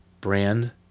brand